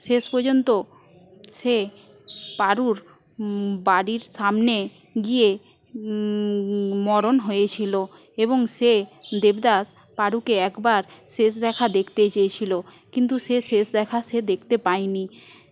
শেষ পর্যন্ত সে পারোর বাড়ির সামনে গিয়ে মরণ হয়েছিল এবং সে দেবদাস পারুকে একবার শেষ দেখা দেখতে চেয়েছিল কিন্তু সে শেষ দেখা সে দেখতে পায় নি